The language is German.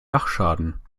dachschaden